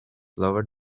lower